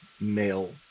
male